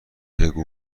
بگو